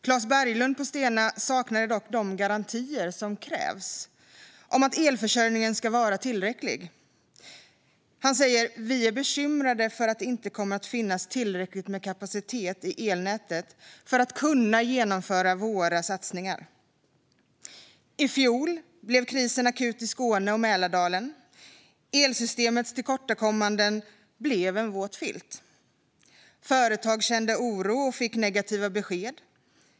Claes Berglund på Stena saknade dock de garantier som krävs om att elförsörjningen ska vara tillräcklig och säger: "Vi är bekymrade för att det inte kommer finnas tillräckligt med kapacitet i elnätet för att kunna genomföra våra satsningar." I fjol blev krisen akut i Skåne och Mälardalen. Elsystemets tillkortakommanden blev en våt filt. Företag kände oro och fick negativa besked.